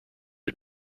had